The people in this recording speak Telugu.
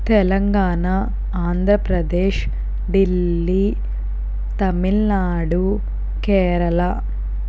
తెలంగాణా ఆంధ్రప్రదేశ్ ఢిల్లీ తమిళనాడు కేరళ